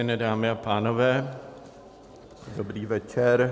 Vážené dámy a pánové, dobrý večer.